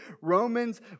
Romans